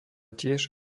tiež